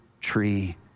tree